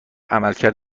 عملکرد